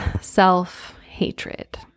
self-hatred